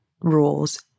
rules